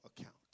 account